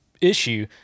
issue